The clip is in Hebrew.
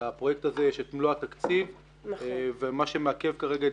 לפרויקט הזה יש את מלוא התקציב ומה שמעכב כרגע את